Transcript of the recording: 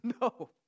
No